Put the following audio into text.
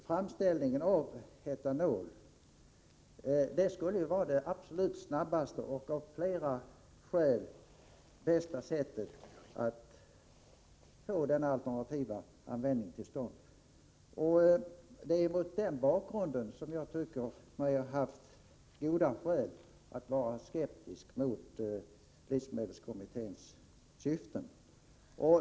Framställningen av etanol skulle vara det absolut snabbaste och av flera skäl bästa sättet att få denna alternativa användning av jordbruksmark till stånd. Mot den bakgrunden tycker jag mig ha haft goda skäl att vara skeptisk mot livsmedelskommitténs syften.